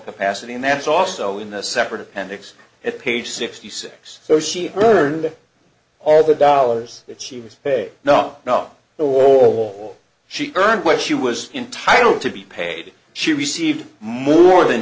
capacity and that's also in the separate appendix at page sixty six so she heard all the dollars that she was a no no no all she earned what she was entitled to be paid she received more than